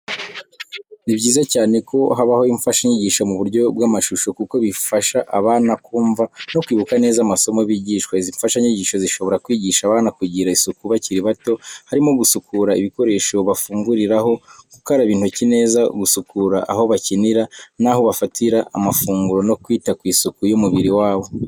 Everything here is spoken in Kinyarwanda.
Ni byiza cyane ko habaho imfashanyigisho mu buryo bw'amashusho, kuko bifasha abana kumva no kwibuka neza amasomo bigishwa. Izi mfashanyigisho zishobora kwigisha abana kugira isuku bakiri bato, harimo gusukura ibikoresho bafunguriraho, gukaraba intoki neza, gusukura aho bakinira n'aho bafatira amafunguro, no kwita ku isuku y’umubiri wabo.